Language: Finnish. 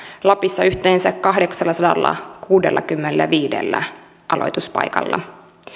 lapissa yhteensä kahdeksallasadallakuudellakymmenelläviidellä aloituspaikalla